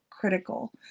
critical